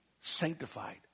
sanctified